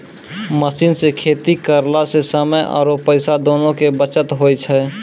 machine सॅ खेती करला स समय आरो पैसा दोनों के बचत होय छै